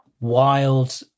wild